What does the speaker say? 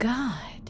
God